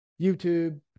YouTube